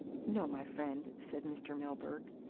no, my friend, said mr. milburgh,